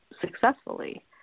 successfully